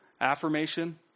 affirmation